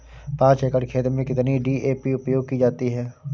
पाँच एकड़ खेत में कितनी डी.ए.पी उपयोग की जाती है?